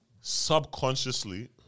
subconsciously